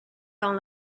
dans